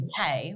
UK